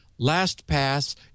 LastPass